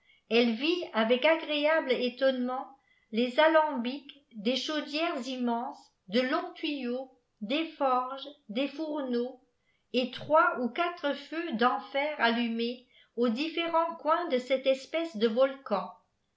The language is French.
elle vit avec i i agréable étonnement des alambics des chaudières immenses de longs tuyaux des forges des fourneaux et trois ou quatre feux d'enfer allumés aux différents coins de cette espèce de volcan